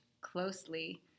closely